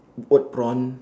oat prawn